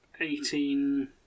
eighteen